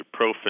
ibuprofen